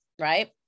right